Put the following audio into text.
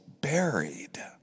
buried